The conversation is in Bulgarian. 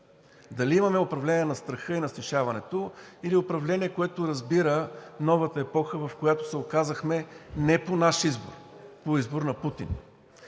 дали имаме управление на страха и на снишаването, или управление, което разбира новата епоха, в която се оказахме не по наш избор, а по избор на Путин.